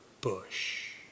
bush